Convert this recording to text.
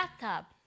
bathtub